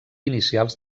inicials